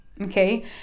Okay